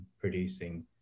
producing